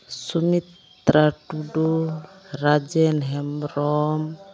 Sumitra Tudu Rajen Hembrom